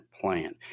plan